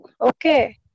Okay